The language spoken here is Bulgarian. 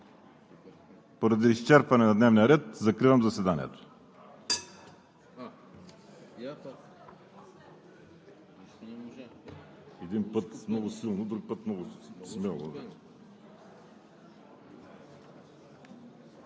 Поради изчерпване на дневния ред закривам заседанието.